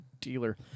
dealer